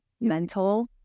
mental